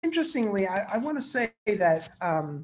‫ באופן מעניין, אני רוצה לומר ש...